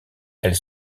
elles